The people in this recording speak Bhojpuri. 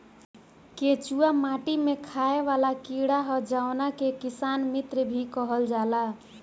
केचुआ माटी में खाएं वाला कीड़ा ह जावना के किसान मित्र भी कहल जाला